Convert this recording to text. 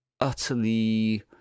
utterly